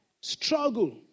struggle